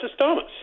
Thomas